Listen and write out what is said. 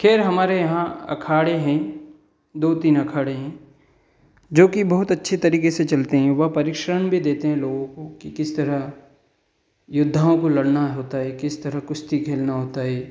खैर हमारे यहाँ अखाड़े हैं दो तीन अखाड़े हैं जो की बहुत अच्छी तरीके से चलते हैं वह परिक्षण भी देते हैं लोगो को कि किस तरह योद्धाओं को लड़ना होता है किस तरह कुश्ती खेलना होता है